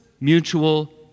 mutual